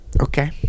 okay